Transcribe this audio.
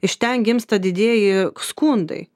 iš ten gimsta didieji skundai